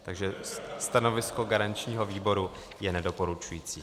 Takže stanovisko garančního výboru je nedoporučující.